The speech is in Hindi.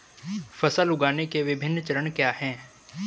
फसल उगाने के विभिन्न चरण क्या हैं?